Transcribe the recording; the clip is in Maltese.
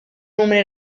numri